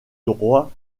droit